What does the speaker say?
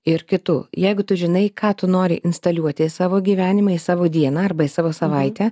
ir kitų jeigu tu žinai ką tu nori instaliuoti į savo gyvenimą į savo dieną arba į savo savaitę